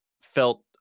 felt